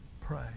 pray